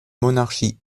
monarchie